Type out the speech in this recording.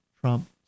Trump